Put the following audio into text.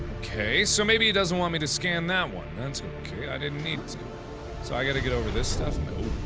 ok so maybe he doesn't want me to scan that one that's ok i didn't need so i gotta get over this stuff oh